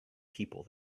people